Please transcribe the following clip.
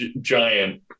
giant